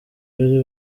bari